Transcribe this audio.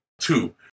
two